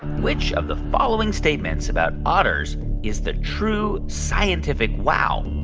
which of the following statements about otters is the true scientific wow?